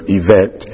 event